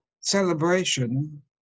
celebration